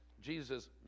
jesus